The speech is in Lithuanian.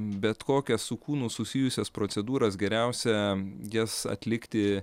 bet kokias su kūnu susijusias procedūras geriausia jas atlikti